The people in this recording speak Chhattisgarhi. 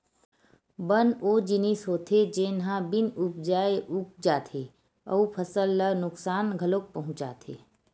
बन ओ जिनिस होथे जेन ह बिन उपजाए उग जाथे अउ फसल ल नुकसान घलोक पहुचाथे